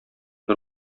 бер